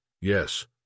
Yes